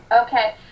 okay